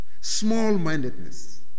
small-mindedness